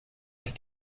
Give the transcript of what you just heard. ist